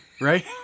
Right